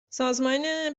سازمان